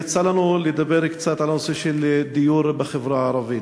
יצא לנו לדבר קצת על הנושא של דיור בחברה הערבית,